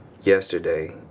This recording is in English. yesterday